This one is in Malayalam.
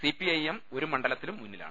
സിപിഐഎം ഒരു മണ്ഡലത്തിലും മുന്നിലാണ്